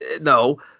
no